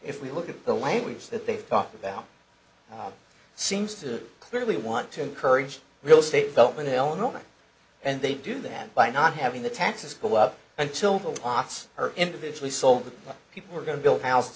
if we look at the language that they've talked about it seems to clearly want to encourage real estate development in illinois and they do that by not having the taxes go up until the watts are individually sold that people are going to build houses